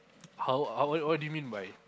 how how what what do mean by